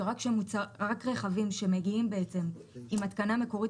שרק רכבים שמגיעים עם התקנה מקורית